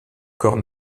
corps